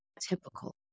typical